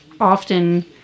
often